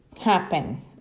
happen